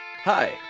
Hi